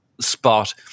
spot